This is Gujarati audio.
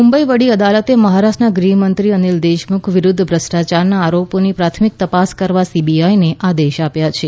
મુંબઈ વડી અદાલતે મહારાષ્ટ્રના ગૃહમંત્રી અનિલ દેશમુખ વિરુદ્ધ ભ્રષ્ટાચારના આરોપોની પ્રાથમિક તપાસ કરવા સીબીઆઈને આદેશ આપ્યા છે